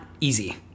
easy